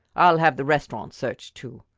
i'll have the restaurant searched too.